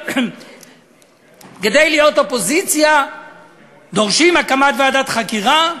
שכדי להיות אופוזיציה דורשים הקמת ועדת חקירה?